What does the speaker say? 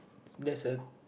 there's a